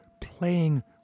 playing